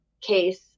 case